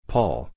Paul